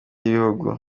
y’ibihugu